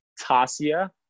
tasia